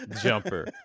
Jumper